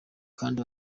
kandi